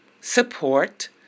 support